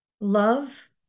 love